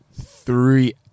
three